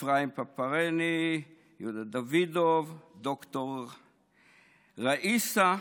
אפרים פפרני, יהודה דוידוב, ד"ר ראיסה,